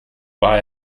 war